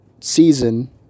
season